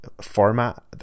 format